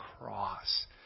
cross